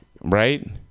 Right